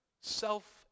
self